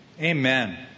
Amen